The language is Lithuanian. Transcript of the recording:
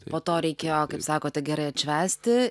po to reikėjo kaip sakote gerai atšvęsti